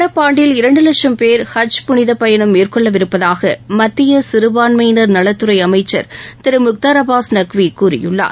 நடப்பாண்டில் இரண்டு லட்சம் பேர் ஹஜ் புனித பயணம் மேற்கொள்ளவிருப்பதாக மத்திய சிறுபான்மையினர் நலத்துறை அமைச்சர் திரு முக்தார் அப்பாஸ் நக்வி கூறியுள்ளார்